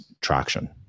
traction